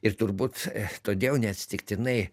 ir turbūt todėl neatsitiktinai